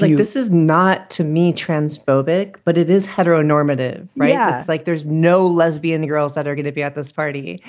like this is not to me transphobic, but it is heteronormative, right? yeah like there's no lesbian girls that are going to be at this party.